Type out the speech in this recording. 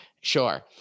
Sure